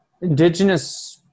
Indigenous